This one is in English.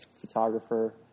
photographer